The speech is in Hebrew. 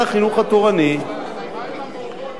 החינוך התורני" אבל מה עם המורות בבחינות?